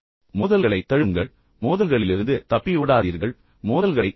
மோதல்களைத் தழுவுங்கள் மோதல்களிலிருந்து தப்பி ஓடாதீர்கள் மோதல்களைத் தேடுங்கள்